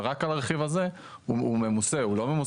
ורק הרכיב הזה, יש עליו מס.